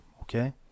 Okay